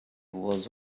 was